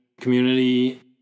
community